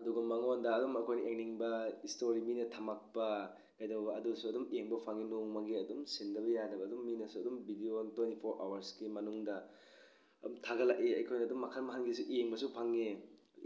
ꯑꯗꯨꯒ ꯃꯉꯣꯟꯗ ꯑꯗꯨꯝ ꯑꯩꯈꯣꯏꯅ ꯌꯦꯡꯅꯤꯡꯕ ꯏꯁꯇꯣꯔꯤ ꯃꯤꯅ ꯊꯝꯃꯛꯄ ꯀꯩꯗꯧꯕ ꯑꯗꯨꯁꯨ ꯑꯗꯨꯝ ꯌꯦꯡꯕ ꯐꯪꯉꯦ ꯅꯣꯡꯃꯒꯤ ꯑꯗꯨꯝ ꯁꯤꯟꯗꯕ ꯌꯥꯗꯕ ꯑꯗꯨꯝ ꯃꯤꯅꯁꯨ ꯑꯗꯨꯝ ꯕꯤꯗꯤꯑꯣ ꯇ꯭ꯋꯦꯟꯇꯤ ꯐꯣꯔ ꯑꯌꯥꯔꯁꯀꯤ ꯃꯅꯨꯡꯗ ꯑꯗꯨꯝ ꯊꯥꯒꯠꯂꯛꯏ ꯑꯩꯈꯣꯏꯅ ꯑꯗꯨꯝ ꯃꯈꯜ ꯃꯈꯜꯒꯤꯁꯨ ꯌꯦꯡꯕꯁꯨ ꯐꯪꯉꯦ